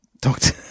Doctor